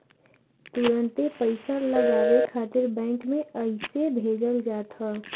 तुरंते पईसा लगावे खातिर बैंक में अइसे भेजल जात ह